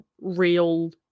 real